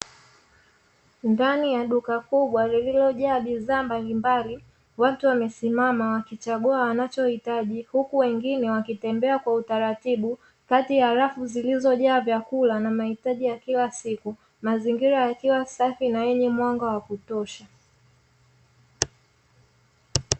Ndani ya duka kubwa lililojaa bidhaa mbalimbali, watu wamesimama wakichagua wanachohitaji, huku wengine wakitembea kwa utaratibu kati ya rafu zilizojaa vyakula na mahitaji ya kila siku. Mazingira yakiwa safi na yenye mwanga wa kutosha.